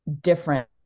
different